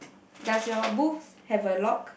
does your booth have a lock